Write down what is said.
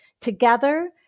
Together